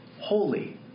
holy